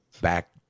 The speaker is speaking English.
back